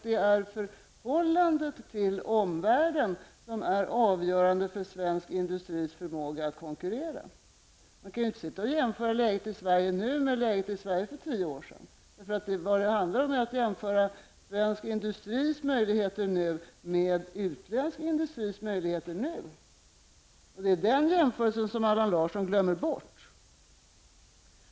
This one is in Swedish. Det är förhållandet till omvärlden som är avgörande för svensk industris förmåga att konkurrera. Man kan inte jämföra läget i Sverige nu med läget i Sverige för tio år sedan. Vad det handlar om är att jämföra svensk industris möjligheter nu med utländsk industris möjligheter nu. Det är den jämförelsen som Allan Larsson glömmer bort.